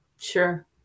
Sure